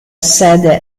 sede